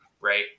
Right